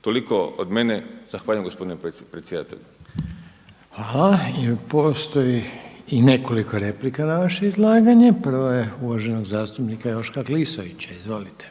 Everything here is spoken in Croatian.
Toliko od mene. Zahvaljujem gospodine predsjedatelju. **Reiner, Željko (HDZ)** Hvala. Postoji i nekoliko replika na vaše izlaganje. Prvo je uvaženog zastupnika Joška Klisovića. Izvolite.